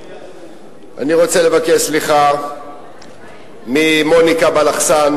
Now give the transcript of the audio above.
אני רוצה לבקש סליחה ממוניקה בלחסן,